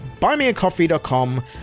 buymeacoffee.com